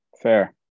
Fair